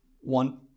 one